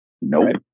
Nope